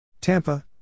Tampa